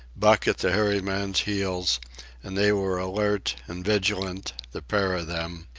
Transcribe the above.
buck at the hairy man's heels and they were alert and vigilant, the pair of them,